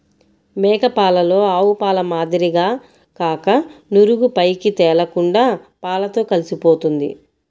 మేక పాలలో ఆవుపాల మాదిరిగా కాక నురుగు పైకి తేలకుండా పాలతో కలిసిపోతుంది